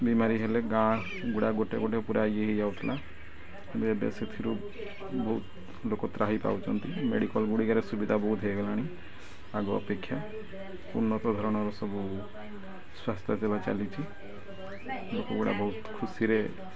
ବିମାରୀ ହେଲେ ଗାଁ ଗୁଡ଼ା ଗୋଟେ ଗୋଟେ ପୁରା ଇଏ ହେଇଯାଉଥିଲା ଏବେ ସେଥିରୁ ବହୁତ ଲୋକ ତ୍ରାହି ପାଉଚନ୍ତି ମେଡ଼ିକାଲ ଗୁଡ଼ିକରେ ସୁବିଧା ବହୁତ ହେଇଗଲାଣି ଆଗ ଅପେକ୍ଷା ଉନ୍ନତ ଧରଣର ସବୁ ସ୍ୱାସ୍ଥ୍ୟ ସେବା ଚାଲିଚି ଲୋକଗୁଡ଼ା ବହୁତ ଖୁସିରେ